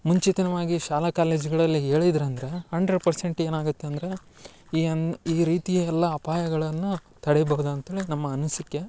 ಮುಂಚಿತವಾಗಿ ಶಾಲಾ ಕಾಲೇಜುಗಳಲ್ಲಿ ಹೇಳಿದ್ರಂದ್ರ ಹಂಡ್ರೆಡ್ ಪರ್ಸೆಂಟ್ ಏನಾಗತ್ತೆ ಅಂದ್ರೆ ಈ ಅಂದ್ ಈ ರೀತಿ ಎಲ್ಲ ಅಪಾಯಗಳನ್ನು ತಡಿಬಹ್ದು ಅಂತ್ಹೇಳಿ ನಮ್ಮ ಅನಿಸಿಕೆ